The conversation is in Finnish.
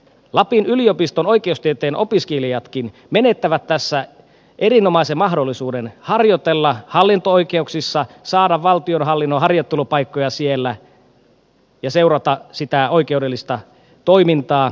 lapin yliopiston oikeustieteen opiskelijatkin menettävät tässä erinomaisen mahdollisuuden harjoitella hallinto oikeuksissa saada valtionhallinnon harjoittelupaikkoja siellä ja seurata sitä oikeudellista toimintaa